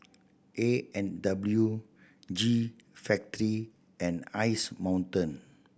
A and W G Factory and Ice Mountain